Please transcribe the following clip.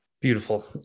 Beautiful